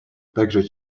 также